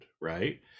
right